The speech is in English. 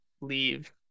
leave